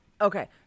Okay